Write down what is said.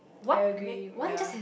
what make ya